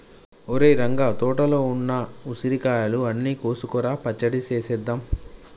ఒరేయ్ రంగ తోటలో ఉన్న ఉసిరికాయలు అన్ని కోసుకురా పచ్చడి సేసేద్దాం